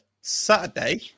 Saturday